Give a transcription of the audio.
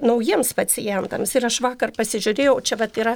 naujiems pacientams ir aš vakar pasižiūrėjau čia vat yra